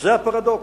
זה הפרדוקס.